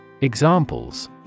Examples